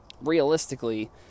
realistically